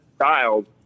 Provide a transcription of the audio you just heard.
child